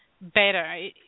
better